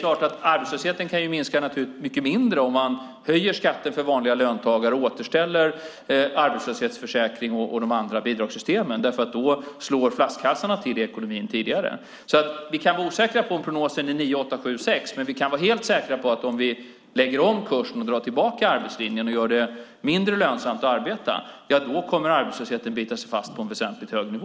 Arbetslösheten kan minska mycket mindre om man höjer skatten för vanliga löntagare och återställer arbetslöshetsförsäkring och de andra bidragssystemen. Då slår flaskhalsarna till i ekonomin tidigare. Vi kan vara osäkra på om prognosen är 9, 8, 7 eller 6, men vi kan vara helt säkra på att om vi lägger om kursen, drar tillbaka arbetslinjen och gör det mindre lönsamt att arbeta kommer arbetslösheten att bita sig fast på en väsentligt hög nivå.